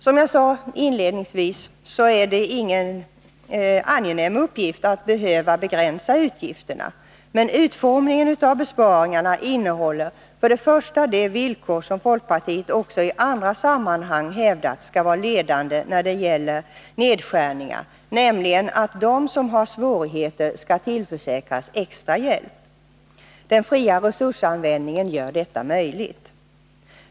Som jag sade inledningsvis är det ingen angenäm uppgift att behöva begränsa utgifterna, men utformningen av besparingarna innehåller för det första det villkor som folkpartiet också i andra sammanhang hävdat skall vara ledande när det gäller nedskärningar, nämligen att de som har svårigheter skall tillförsäkras extra hjälp. Den fria resursanvändningen gör detta möjligt.